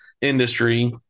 industry